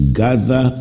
gather